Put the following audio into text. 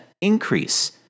increase